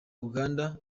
uganda